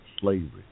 slavery